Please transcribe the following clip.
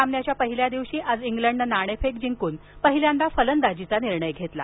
सामन्याच्या पहिल्या दिवशी आज इंग्लंडनं नाणेफेक जिंकून पहिल्यांदा फलंदाजीचा निर्णय घेतला